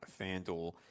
FanDuel